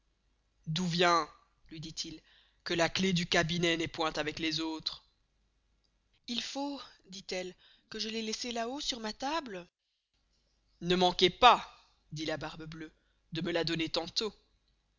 d'où vient luy dit-il que la clef du cabinet n'est point avec les autres il faut dit-elle que je l'aye laissée là-haut sur ma table ne manquez pas dit la barbe bleuë de me la donner tantost